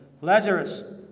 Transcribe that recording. Lazarus